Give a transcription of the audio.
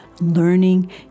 learning